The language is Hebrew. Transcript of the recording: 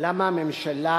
למה הממשלה